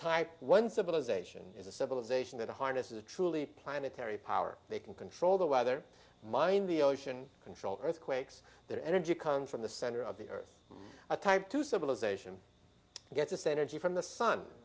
type one civilization is a civilization that harnesses a truly planetary power they can control the weather mind the ocean control earthquakes their energy come from the center of the earth a type two civilization gets a say energy from the sun